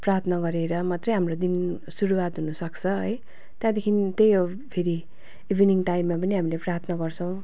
प्रार्थना गरेर मात्रै हाम्रो दिन सुरुआत हुनसक्छ है त्यहाँदेखि त्यही हो फेरि इभिनिङ टाइममा पनि हामीले प्रार्थना गर्छौँ